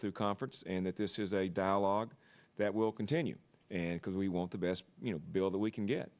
through conference and that this is a dialogue that will continue and because we want the best you know bill that we can get